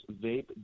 vape